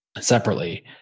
separately